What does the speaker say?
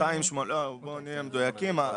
לא, בואו נהיה מדויקים.